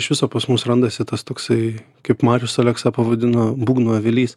iš viso pas mus randasi tas toksai kaip marijus aleksa pavadino būgnų avilys